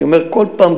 אני אומר כל פעם,